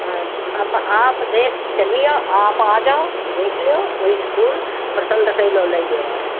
अब आप देख क चली आओ आप आ जाओ देख लेओ वईस फूल पसंद कई लेओ लई लेओ आय